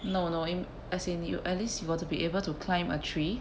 no no in as in 你 you at least you got to be able to climb a tree